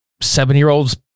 seven-year-olds